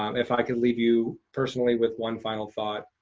um if i can leave you personally with one final thought,